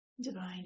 divine